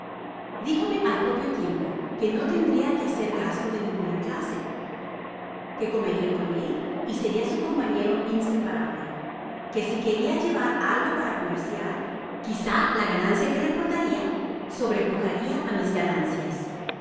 dijome al propio tiempo que no tendria que hacer gasto de ninguna clase que comeria con él y seria su compañero inseparable que si queria llevar algo para comerciar quizá la ganancia que reportaria sobrepujaria á mis